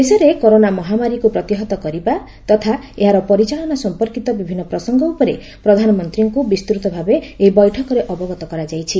ଦେଶରେ କରୋନା ମହାମାରୀକୁ ପ୍ରତିହତ କରିବା ତଥା ଏହାର ପରିଚାଳନା ସମ୍ପର୍କୀତ ବିଭିନ୍ନ ପ୍ରସଙ୍ଗ ଉପରେ ପ୍ରଧାନମନ୍ତ୍ରୀଙ୍କୁ ବିସ୍ତୃତ ଭାବେ ଏହି ବୈଠକରେ ଅବଗତ କରାଯାଇଛି